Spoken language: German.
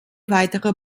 weitere